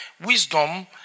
wisdom